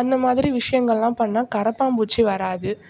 அந்த மாதிரி விஷயங்கள்லா பண்ணால் கரப்பான்பூச்சி வராது